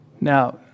Now